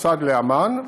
מוסד ואמ"ן,